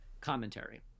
commentary